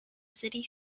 city